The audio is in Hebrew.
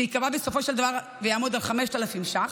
שייקבע בסופו של דבר ויעמוד על 5,000 ש"ח,